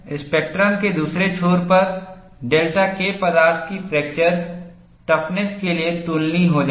spectrum के दूसरे छोर पर डेल्टा K पदार्थ की फ्रैक्चर टफनेस के लिए तुलनीय हो जाएगा